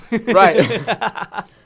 Right